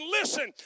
listen